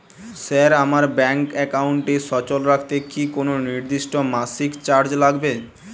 Sir আমার bank একাউন্টটি সচল রাখতে কি কোনো নির্দিষ্ট মাসিক চার্জ লাগবে?